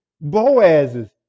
Boaz's